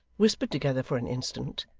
whispered together for an instant,